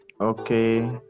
Okay